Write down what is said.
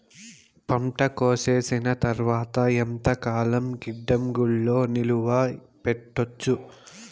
పంట కోసేసిన తర్వాత ఎంతకాలం గిడ్డంగులలో నిలువ పెట్టొచ్చు?